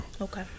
Okay